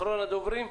אחרון הדוברים?